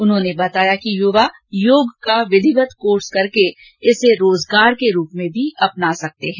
उन्होंने बताया कि युवा योग का विधिवत कोर्स करके इसे रोजगार के रुप में भी अपना सकते हैं